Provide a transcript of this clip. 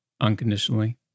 unconditionally